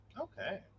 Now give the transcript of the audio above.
Okay